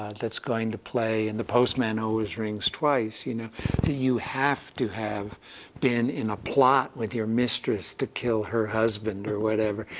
that's going to play in the postman always rings twice you know that you have to have been in a plot with your mistress to kill her husband, or whatever,